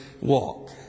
walk